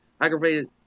Aggravated